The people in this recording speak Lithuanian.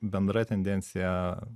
bendra tendencija